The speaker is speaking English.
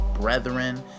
brethren